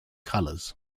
colours